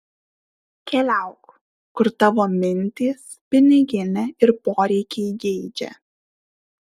keliauk kur tavo mintys piniginė ir poreikiai geidžia